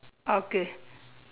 okay